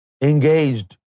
engaged